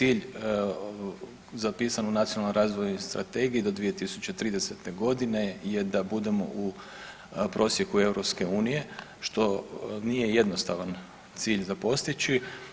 Cilj zapisan u Nacionalnoj razvojnoj strategiji do 2030.g. je da budemo u prosjeku EU što nije jednostavan cilj za postići.